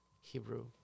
Hebrew